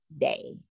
day